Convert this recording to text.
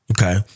Okay